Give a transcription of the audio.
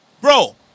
bro